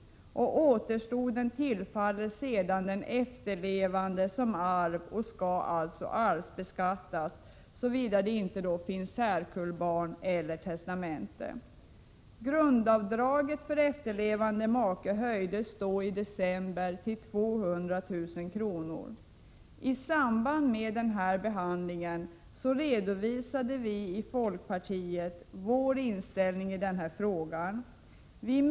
Återstoden tillfaller sedan den efterlevande som arv och skall alltså arvsbeskattas, såvida det inte finns särkullbarn eller testamente. Grundavdraget för efterlevande make höjdes då i december till 200 000 kr. I samband med denna behandling redovisade vi i folkpartiet vår inställning i den här frågan.